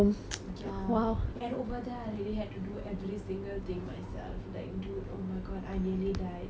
ya and over there I really had to do every single thing myself like dude oh my god I nearly died